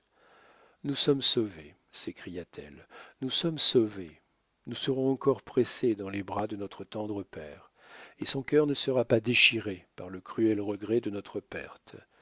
nous sommes sauvées s'écria-t-elle nous sommes sauvées nous serons encore pressées dans les bras de notre tendre père et son cœur ne sera pas déchiré par le cruel regret de notre perte